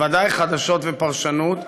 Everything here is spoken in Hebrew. בוודאי חדשות ופרשנות,